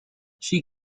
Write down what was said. she